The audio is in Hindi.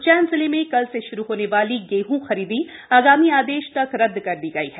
उज्जैन जिले में कल से शुरू होने वाली गेंह खरीदी आगामी आदेश तक रद्द कर दी गई है